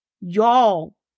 Y'all